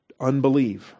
unbelieve